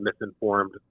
misinformed